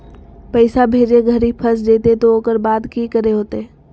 पैसा भेजे घरी फस जयते तो ओकर बाद की करे होते?